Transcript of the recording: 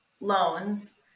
loans